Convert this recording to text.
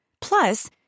Plus